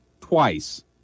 twice